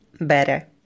better